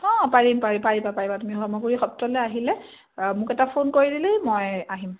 অঁ পাৰিম পাৰিম পাৰিবা পাৰিবা তুমি চামগুৰি সত্ৰলৈ আহিলে মোক এটা ফোন কৰি দিলেই মই আহিম